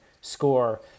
score